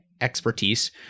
expertise